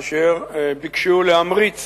אשר ביקשו להמריץ